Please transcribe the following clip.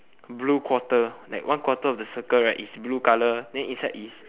blue quarter like one quarter of the circle right is blue colour then inside is